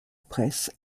presse